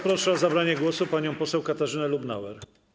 Proszę o zabranie głosu panią poseł Katarzynę Lubnauer.